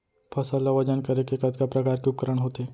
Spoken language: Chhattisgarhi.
फसल ला वजन करे के कतका प्रकार के उपकरण होथे?